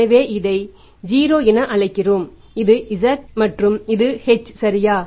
எனவே இதை 0 என அழைக்கிறோம் இது z மற்றும் இது h சரியா